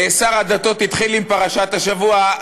שר הדתות התחיל עם פרשת השבוע.